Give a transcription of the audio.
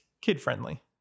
kid-friendly